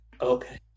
okay